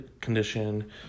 condition